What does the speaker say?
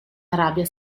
arabia